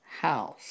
house